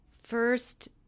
first